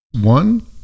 One